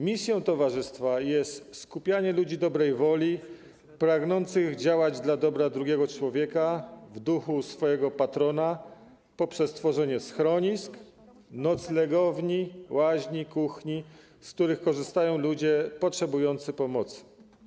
Misją towarzystwa jest skupianie ludzi dobrej woli, pragnących działać dla dobra drugiego człowieka w duchu swojego patrona poprzez tworzenie schronisk, noclegowni, łaźni, kuchni, z których korzystają ludzie potrzebujący pomocy.